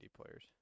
players